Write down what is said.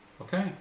Okay